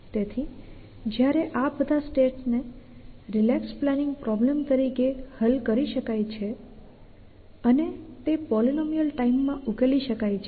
તેથી જયારે આ બધા સ્ટેટ્સ ને રિલેક્સ પ્લાનિંગ પ્રોબ્લેમ તરીકે હલ કરી શકાય છે અને તે પોલીનોમિયલ ટાઈમ માં ઉકેલી શકાય છે